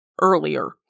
earlier